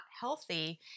healthy